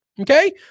okay